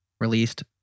released